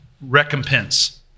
recompense